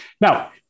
Now